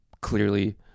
clearly